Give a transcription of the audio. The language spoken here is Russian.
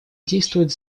действуют